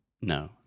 No